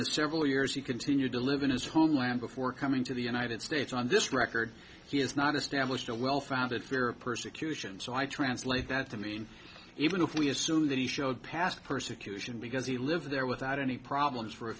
the several years he continued to live in his homeland before coming to the united states on this record he has not established a well founded fear of persecution so i translate that to mean even if we assume that he showed past persecution because he lives there without any once for a